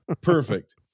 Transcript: perfect